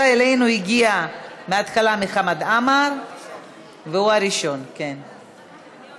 התשע"ז 2016, התקבלה בקריאה שנייה